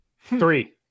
Three